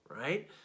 right